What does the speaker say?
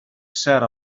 sat